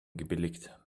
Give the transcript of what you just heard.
gebilligt